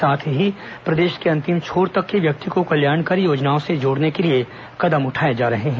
साथ ही प्रदेश के अंतिम छोर तक के व्यक्ति को कल्याणकारी योजनाओं से जोड़ने के लिए कदम उठाए जा रहे हैं